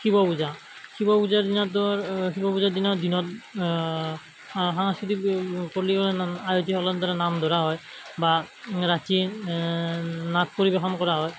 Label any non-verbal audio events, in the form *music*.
শিৱ পূজা শিৱ পূজাৰ দিনাতো আৰু শিৱ পূজাৰ দিনা দিনত সাংস্কৃতিক *unintelligible* আয়তীসকলৰ দ্বাৰা নাম ধৰা হয় বা ৰাতি নাট পৰিবেশন কৰা হয়